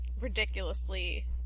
ridiculously